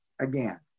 again